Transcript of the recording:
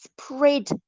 spread